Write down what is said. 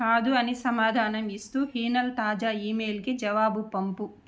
కాదు అని సమాధానం ఇస్తూ హీనల్ తాజా ఈమెయిల్కి జవాబు పంపు